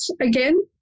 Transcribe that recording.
again